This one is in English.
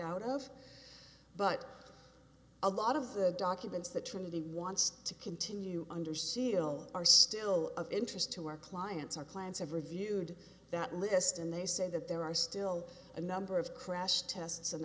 out of but a lot of the documents the trinity wants to continue under seal are still of interest to our clients our clients have reviewed that list and they say that there are still a number of crash tests and